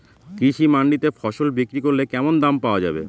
কৃষি মান্ডিতে ফসল বিক্রি করলে কেমন দাম পাওয়া যাবে?